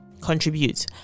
contribute